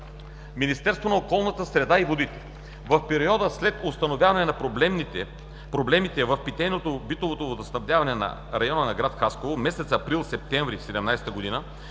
Министерството на околната среда и водите В периода след установяване на проблемите в питейно-битовото водоснабдяване в района на град Хасково (месец април –месец септември 2017 г.)